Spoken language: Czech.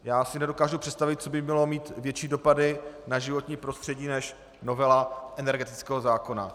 Já si nedokážu představit, co by mělo mít větší dopady na životní prostředí než novela energetického zákona.